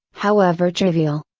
however trivial.